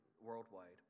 worldwide